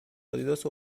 آدیداس